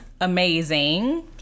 amazing